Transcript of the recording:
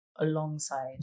Alongside